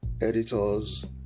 editors